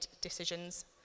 decisions